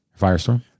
Firestorm